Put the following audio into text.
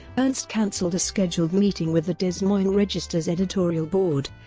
ernst cancelled a scheduled meeting with the des moines registers editorial board,